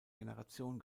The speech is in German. generation